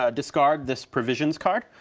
ah discard this provisions card,